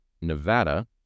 Nevada